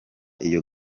iyo